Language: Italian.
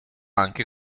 anche